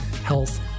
Health